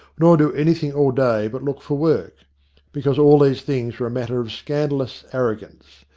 nor do anything all day but look for work because all these things were a matter of scandalous arrogance,